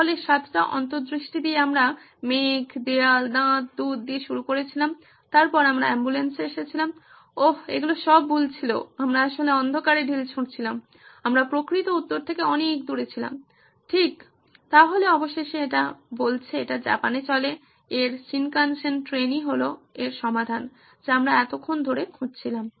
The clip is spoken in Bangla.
তাহলে 7 টি অন্তর্দৃষ্টি দিয়ে আমরা মেঘ দেয়াল দাঁত দুধ দিয়ে শুরু করেছিলাম তারপর আমরা অ্যাম্বুলেন্সে এসেছিলাম ওহ্ এগুলো সব ভুল ছিল আমরা আসলে অন্ধকারে ঢিল ছুঁড়ছিলাম আমরা প্রকৃত উত্তর থেকে অনেক দূরে ছিলাম ঠিক তাহলে অবশেষে এটা বলছে এটি জাপানে চলে এর শিনকানসেন ট্রেনই হলো এর সমাধান যা আমরা এতক্ষণ ধরে খুঁজছিলাম